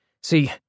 See